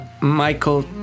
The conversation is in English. Michael